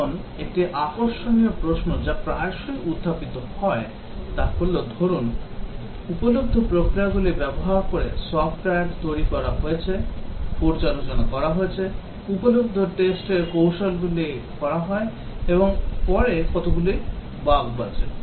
এখন একটি আকর্ষণীয় প্রশ্ন যা প্রায়শই উত্থাপিত হয় তা হল ধরুন উপলব্ধ প্রক্রিয়াগুলি ব্যবহার করে সফ্টওয়্যার তৈরি করা হয়েছে পর্যালোচনা করা হয়েছে উপলব্ধ test র কৌশলগুলি করা হয় এবং এর পরে কতগুলি বাগ বাঁচে